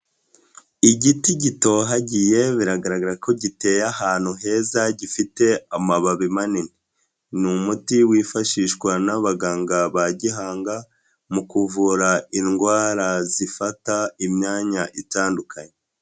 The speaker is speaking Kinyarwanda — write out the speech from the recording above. Igiti gitohagiye biragaragara ko giteye ahantu heza gifite amababi manini, n’umuti wifashishwa n'abaganga ba gihanga mu kuvura indwara zifata imyanya itandukanye.